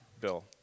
Bill